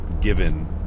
given